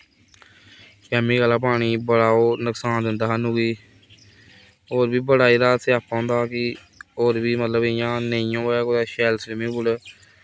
swimming आह्ला पानी बड़ा ओह् नुकसान दिंदा सानूं बी होर बी बड़ा एह्दा स्यापा होंदा कि होर बी मतलब इ'यां नेईं होऐ कुदै शैल स्विमिंग पूल